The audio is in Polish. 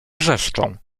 wrzeszczą